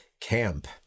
camp